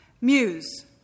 Muse